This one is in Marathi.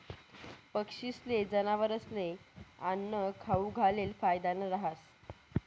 पक्षीस्ले, जनावरस्ले आन्नं खाऊ घालेल फायदानं रहास